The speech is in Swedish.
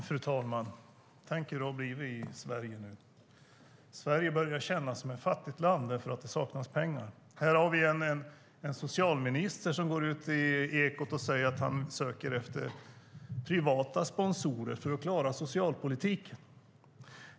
Fru talman! Tänk hur det har blivit i Sverige! Sverige börjar kännas som ett fattigt land, för det saknas pengar. Här har vi en socialminister som går ut i Ekot och säger att han söker efter privata sponsorer för att klara socialpolitiken.